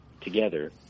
together